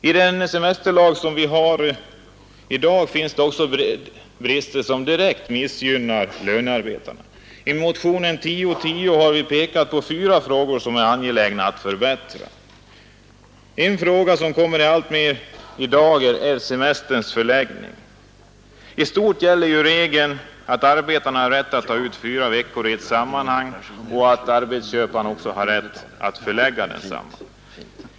I den semesterlag som nu gäller finns det brister som direkt missgynnar lönearbetaren. I motionen 1010 har vi pekat på fyra frågor där en förbättring är angelägen. Alltmer besvärlig blir frågan om semesterns förläggning. I stort gäller den regeln att arbetaren har rätt att ta ut fyra veckor i ett sammanhang och att arbetsköparen kan bestämma till vilken tid semestern skall förläggas.